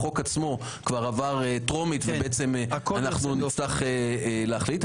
החוק עצמו כבר עבר טרומית ונצטרך להחליט.